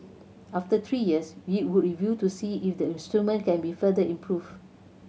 after three years we would review to see if the instrument can be further improved